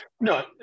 No